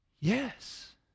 Yes